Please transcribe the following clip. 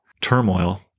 turmoil